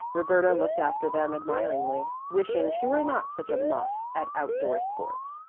roberta looked after them admiringly, wishing she were not such a muff at outdoor sports.